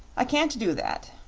i can't do that,